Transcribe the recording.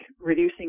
reducing